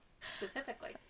specifically